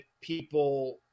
people